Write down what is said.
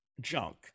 junk